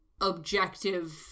objective